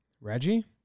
Reggie